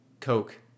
Coke